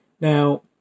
Now